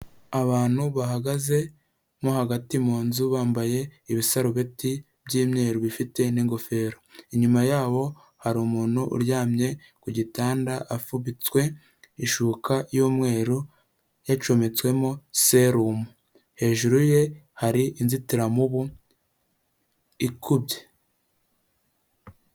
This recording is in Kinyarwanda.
Abantu bahagaze mo hagati mu nzu bambaye ibisarubeti by'imyeru bifite n'ingofero, inyuma yabo hari umuntu uryamye ku gitanda apfubitswe ishuka y'umweru yacometswemo serumu, hejuru ye hari inzitiramibu ikubye.